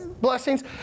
blessings